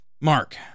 Mark